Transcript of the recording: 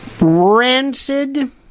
rancid